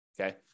okay